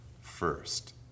first